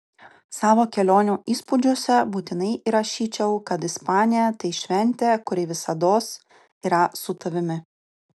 savo kelionių įspūdžiuose būtinai įrašyčiau kad ispanija tai šventė kuri visados yra su tavimi